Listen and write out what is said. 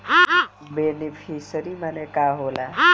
Beneficiary मने का होला?